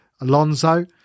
Alonso